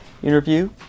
interview